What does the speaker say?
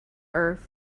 earth